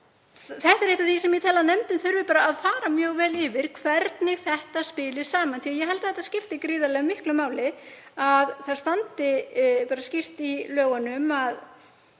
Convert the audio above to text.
Þetta er eitt af því sem ég tel að nefndin þurfi að fara mjög vel yfir, hvernig þetta spilar saman. Ég held að það skipti gríðarlega miklu máli að það standi skýrt í lögunum að